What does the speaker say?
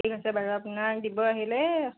ঠিক আছে বাৰু আপোনাৰ দিব আহিলে